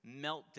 meltdown